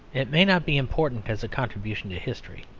it may not be important as a contribution to history,